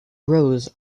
rose